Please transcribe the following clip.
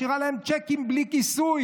משאירה להם צ'קים בלי כיסוי.